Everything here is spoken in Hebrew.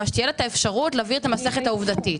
שתהיה לה אפשרות להעביר את המסכת העובדתית.